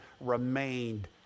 remained